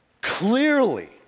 Clearly